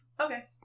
Okay